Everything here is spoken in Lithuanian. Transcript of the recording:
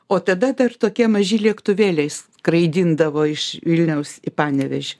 o tada dar tokie maži lėktuvėliai skraidindavo iš vilniaus į panevėžį